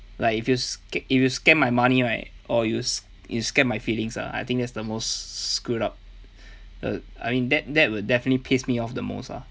like if you s~ ca~ if you scam my money right or you s~ you scam my feelings ah I think that's the most s~ screwed up uh I mean that that will definitely piss me off the most ah